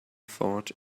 thought